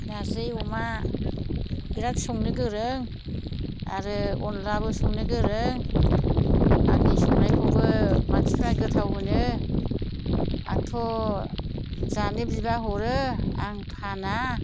नारजि अमा बिराथ संनो गोरों आरो अनलाबो संनो गोरों आंनि संनायखौबो मानसिफ्रा गोथाव होनो आंथ' जानो बिबा हरो आं फाना